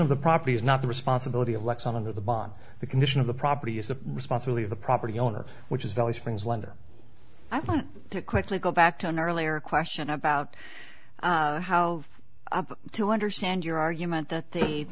of the property is not the responsibility of lex under the bond the condition of the property is the responsibility of the property owner which is valley springs lender i want to quickly go back to an earlier question about how to understand your argument that the